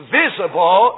visible